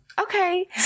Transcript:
Okay